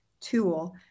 tool